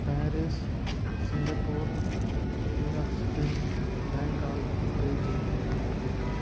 Paris Singapore New York city Bangkok Beijing